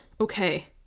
okay